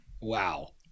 Wow